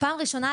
ופעם ראשונה,